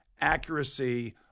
accuracy